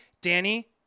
Danny